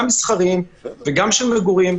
גם מסחריים וגם מגורים,